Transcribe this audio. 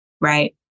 Right